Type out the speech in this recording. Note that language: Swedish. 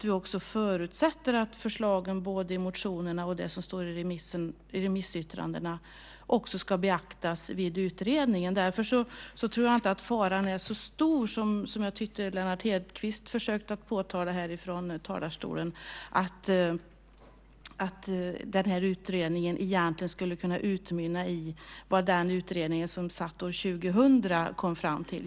Vi förutsätter att förslagen i motionerna och i remissyttrandena ska beaktas vid utredningen. Därför tror jag inte att faran är så stor som jag tyckte Lennart Hedquist fick det att framstå i talarstolen att utredningen skulle utmynna i vad den utredning som satt år 2000 kom fram till.